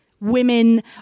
women